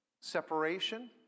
separation